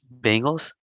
Bengals